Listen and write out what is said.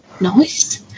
Nice